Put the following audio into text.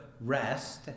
rest